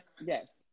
yes